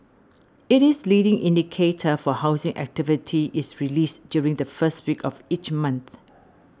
it is leading indicator for housing activity is released during the first week of each month